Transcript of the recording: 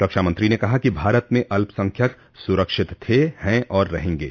रक्षामंत्री ने कहा कि भारत में अल्पसंख्यक सुरक्षित थे हैं और रहेंगे